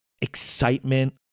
excitement